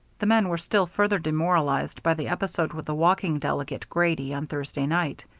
the men were still further demoralized by the episode with the walking delegate, grady, on thursday night.